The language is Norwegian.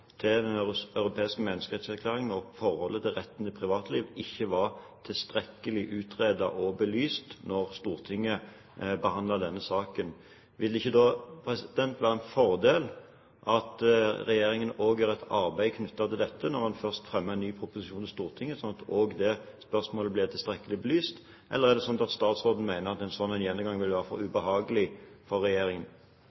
til den europeiske menneskerettserklæringen og forholdet til retten til privatliv ikke var tilstrekkelig utredet og belyst da Stortinget behandlet denne saken. Vil det ikke da være en fordel at regjeringen også gjør et arbeid knyttet til dette når den først fremmer en ny proposisjon for Stortinget, slik at også det spørsmålet blir tilstrekkelig belyst? Eller er det sånn at statsråden mener at en slik gjennomgang vil være for